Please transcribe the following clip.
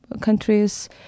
countries